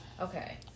Okay